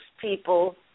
people